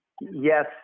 yes